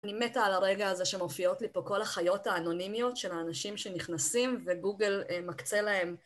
אני מתה על הרגע הזה שמופיעות לי פה כל החיות האנונימיות של האנשים שנכנסים וגוגל מקצה להם.